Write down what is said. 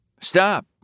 Stop